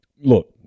Look